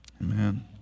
Amen